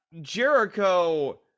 Jericho